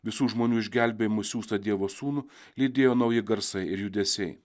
visų žmonių išgelbėjimui siųstą dievo sūnų lydėjo nauji garsai ir judesiai